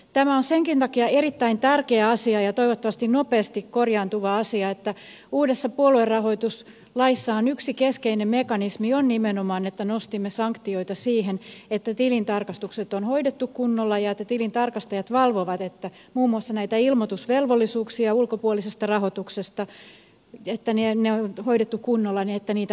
tämä on senkin takia erittäin tärkeä asia ja toivottavasti nopeasti korjaantuva asia että uudessa puoluerahoituslaissa on yksi keskeinen mekanismi jo nimenomaan että nostimme sanktioita siihen että tilintarkastukset on hoidettu kunnolla ja että tilintarkastajat valvovat muun muassa näitä ilmoitusvelvollisuuksia ulkopuolisesta rahoituksesta että ne on hoidettu kunnolla ja että niitä noudatetaan